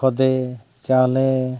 ᱠᱷᱚᱫᱮ ᱪᱟᱣᱞᱮ